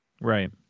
Right